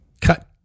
cut